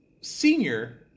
Senior